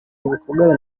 ibikorwa